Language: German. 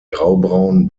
graubraun